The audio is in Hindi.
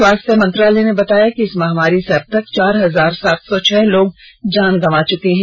स्वास्थ्य मंत्रालय ने बताया कि इस महामारी से अब तक चार हजार सात सौ छह लोग जान गंवा चुके हैं